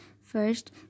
First